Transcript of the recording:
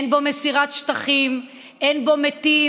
אין בו מסירת שטחים, אין בו מתים,